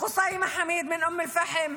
קוסאי מחאמיד מאום אל-פחם,